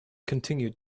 continued